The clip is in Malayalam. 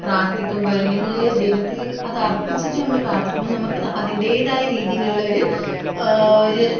പ്രാർത്ഥിക്കുമ്പോൾ അല്ലെങ്കിൽ ദൈവത്തിൽ അതർപ്പിച്ചിട്ട് നമ്മൾ പ്രാർത്ഥിക്കുമ്പോൾ നമുക്ക് ന അതിൻറ്റേതായ രീതിയിലിള്ള ഒരു ഒരു